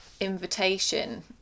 invitation